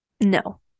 no